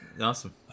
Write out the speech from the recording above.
Awesome